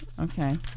Okay